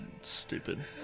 Stupid